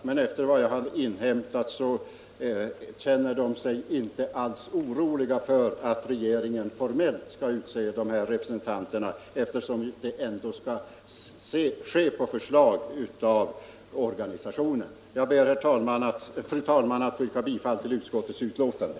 Men efter vad jag har inhämtat känner de sig inte oroliga över att regeringen formellt skall utse personalrepresentanterna, eftersom detta skall ske på förslag av arbetstagarorganisationerna. Jag ber, fru talman, att få yrka bifall till utskottets hemställan.